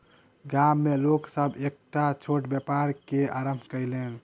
गाम में लोक सभ एकटा छोट व्यापार के आरम्भ कयलैन